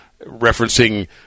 referencing